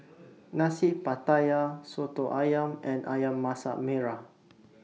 Nasi Pattaya Soto Ayam and Ayam Masak Merah